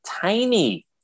tiny